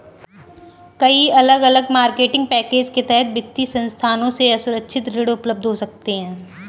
कई अलग अलग मार्केटिंग पैकेज के तहत वित्तीय संस्थानों से असुरक्षित ऋण उपलब्ध हो सकते हैं